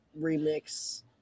remix